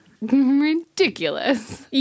Ridiculous